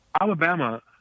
Alabama